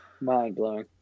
Mind-blowing